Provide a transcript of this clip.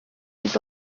dit